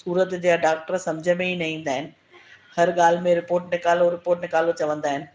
सूरत जे डॉक्टर सम्झ में ई न ईंदा आहिनि हर ॻाल्हि में रिपोट निकालो रिपोट निकालो चवंदा आहिनि